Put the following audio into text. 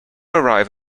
arrive